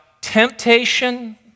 temptation